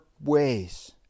ways